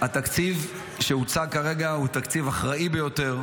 התקציב שהוצג כרגע הוא תקציב אחראי ביותר,